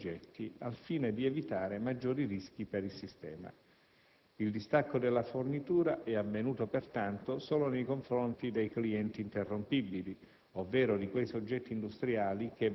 e dai contratti stipulati da questi soggetti, al fine di evitare maggiori rischi per il sistema. Il distacco della fornitura è avvenuto, pertanto, solo nei confronti dei clienti interrompibili,